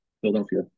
Philadelphia